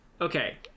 Okay